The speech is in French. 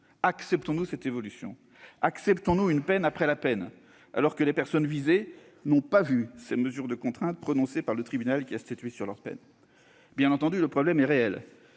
Acceptons-nous cette évolution ? Acceptons-nous une peine après la peine, alors que les personnes visées n'ont pas vu ces mesures de contrainte prononcées par le tribunal qui a statué sur leur peine ? Bien entendu, le problème est réel,